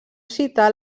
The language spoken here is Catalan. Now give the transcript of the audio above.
citar